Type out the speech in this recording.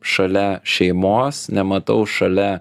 šalia šeimos nematau šalia